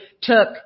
took